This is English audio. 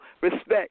respect